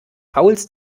fouls